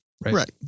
Right